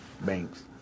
banks